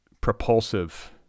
propulsive